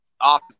off